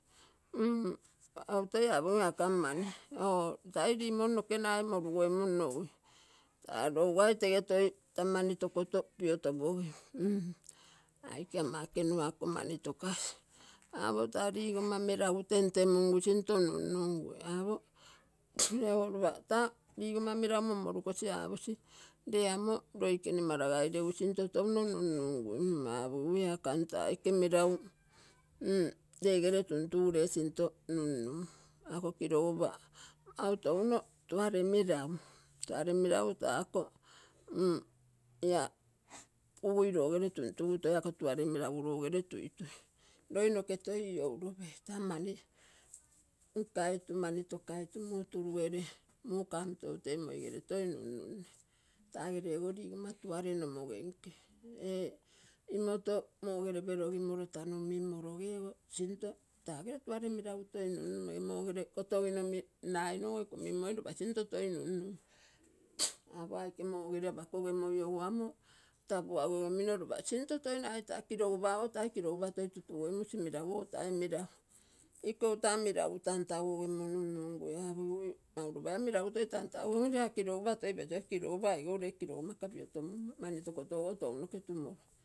Mm toi apogim ako am mani oo mm tai limon noge nagai molugoimuno ui. Taa lougai tee toi taa manitogoro pioto pogim mm aike ama ekenua ako mani togasi. Apo raa ligoma tentemuungu sinto unnugui apo ree ogo lopa taa ligom meragu monmorugosi apoc ree omo loigene mara gai regu sinto touno nunugui. Mm apogigu ngam taa aike meragu mm rege ree tuntugu sinto nunum. Ako kilogupaa mau touno tuaree meragu. Tuare meragu taa ako ia kugui loo gere tuntugu toi ako tuare meragu loge loi noke toi loulopei taa mani ngaitu, mani togaitu muu turugere muu gami tou tenmui gere toi nunune taa gere ogo ligonma tuare nomoge nke imoto mogere pelogimolo tanogo sinto tagela tuaree meragu toi nunum ege mogere kotogino nagai nogo iko mimoi lopa sinto teoi nunum apo aike megere apogogemoi taa puagoge mino lopa sinto toi nai nogo taa kilogupo oga lopa tai kilogupa toi tutugoi moi musi meragu ogo tai meragu iko toa meragu tontogugogemo nunugui mau lapa ia meragu toi tantagugemo nunum aike kilogupa toi petogim. Kilogupa aigu ree kilogomaga pi oto mulimoi mani togotogo tounoge tuu moio.